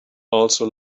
also